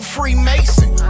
Freemason